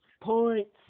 Points